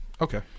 Okay